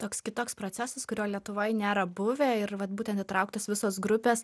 toks kitoks procesas kurio lietuvoj nėra buvę ir vat būtent įtrauktos visos grupės